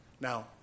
now